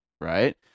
right